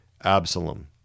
Absalom